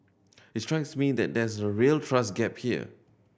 it strikes me that there's a real trust gap here